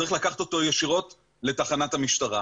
צריך לקחת אותו ישירות לתחנת המשטרה.